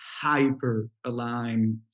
hyper-aligned